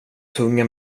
tunga